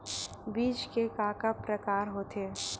बीज के का का प्रकार होथे?